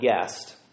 guest